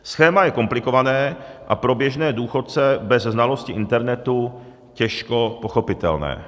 Schéma je komplikované a pro běžné důchodce bez znalosti internetu těžko pochopitelné.